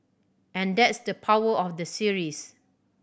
and that's the power of the series